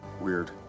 Weird